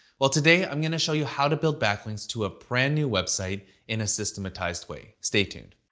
well, today i'm going to show you how to build backlinks to a brand new website in a systematized way. stay tuned.